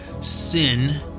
sin